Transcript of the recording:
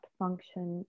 function